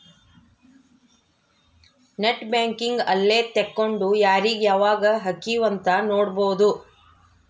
net banking ಅಲ್ಲೆ ತೆಕ್ಕೊಂಡು ಯಾರೀಗ ಯಾವಾಗ ಹಕಿವ್ ಅಂತ ನೋಡ್ಬೊದು